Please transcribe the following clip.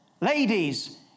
Ladies